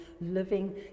living